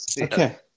Okay